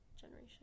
generation